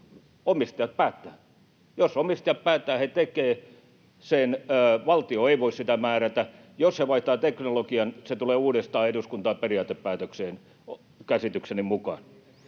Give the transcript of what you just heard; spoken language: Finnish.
Omistajat päättävät. Jos omistajat päättävät, he tekevät sen, valtio ei voi sitä määrätä. Jos he vaihtavat teknologian, se tulee uudestaan eduskuntaan periaatepäätökseen, käsitykseni mukaan.